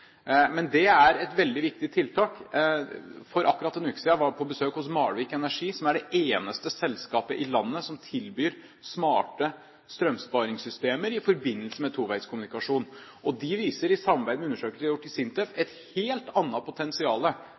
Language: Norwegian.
Men dette er et veldig viktig tiltak. For akkurat en uke siden var jeg på besøk hos Malvik Everk, som er det eneste selskapet i landet som tilbyr smarte strømsparingssystemer i forbindelse med toveis kommunikasjon. De viser, i samarbeid med undersøkelser SINTEF har gjort, et helt annet potensial